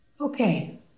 Okay